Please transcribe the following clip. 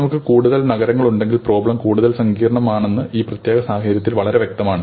നമുക്ക് കൂടുതൽ നഗരങ്ങളുണ്ടെങ്കിൽ പ്രോബ്ളം കൂടുതൽ സങ്കീർണ്ണമാണെന്ന് ഈ പ്രത്യേക സാഹചര്യത്തിൽ വളരെ വ്യക്തമാണ്